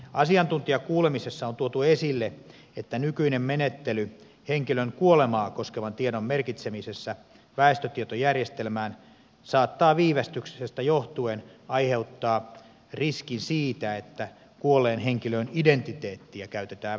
asiantuntijakuulemisessa on tuotu esille että nykyinen menettely henkilön kuolemaa koskevan tiedon merkitsemisessä väestötietojärjestelmään saattaa viivästyksestä johtuen aiheuttaa riskin siitä että kuolleen henkilön identiteettiä käytetään väärin